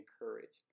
encouraged